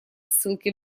ссылки